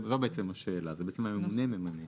זה בעצם הממונה שממנה.